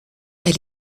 elle